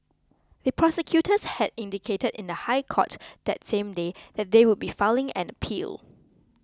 the prosecutors had indicated in the High Court that same day that they would be filing an appeal